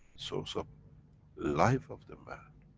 source of life of the man,